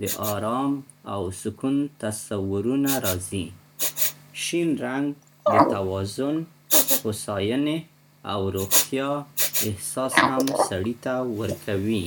د آرام او سکون تصورونه راځي. شين رنګ د توازن، هوسایني او روغتیا احساس هم سړي ته ورکوي.